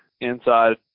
inside